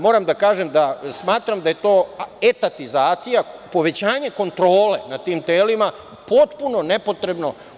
Moram da kažem da smatram da je to etatizacija povećanje kontrole nad tim telima potpuno nepotrebno.